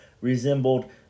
resembled